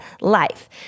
life